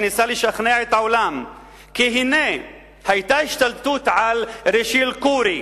שניסה לשכנע את העולם כי הנה היתה השתלטות על "רייצ'ל קורי"